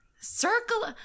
Circle